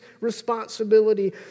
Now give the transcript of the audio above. responsibility